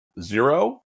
zero